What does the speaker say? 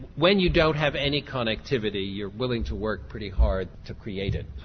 when you don't have any connectivity you are willing to work pretty hard to create it.